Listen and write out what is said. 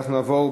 אנחנו נעבור,